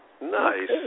Nice